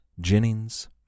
Jennings